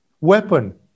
weapon